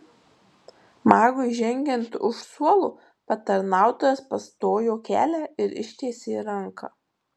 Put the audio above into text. magui žengiant už suolo patarnautojas pastojo kelią ir ištiesė ranką